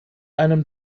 einem